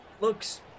looks